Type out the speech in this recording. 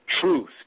Truth